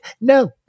No